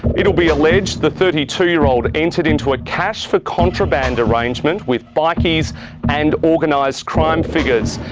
it will be alleged the thirty two year old entered into a cash for contraband arrangement with bikies and organised crime figures.